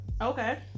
Okay